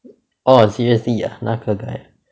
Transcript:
orh seriously ah 那个 guy